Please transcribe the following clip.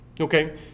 Okay